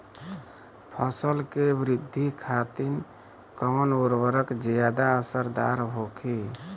फसल के वृद्धि खातिन कवन उर्वरक ज्यादा असरदार होखि?